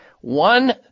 one